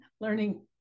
learning